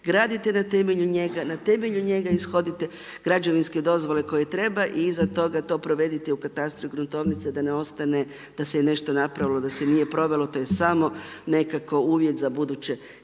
gradite na temelju njega, na temelju njega ishodite građevinske dozvole koje treba i iza toga to provedite u katastru i gruntovnici da ne ostane, da se je nešto napravilo, da se nije provelo, to je samo nekako uvjet za buduće